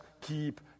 keep